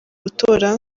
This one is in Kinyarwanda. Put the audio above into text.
gutora